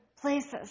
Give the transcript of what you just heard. Places